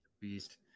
beast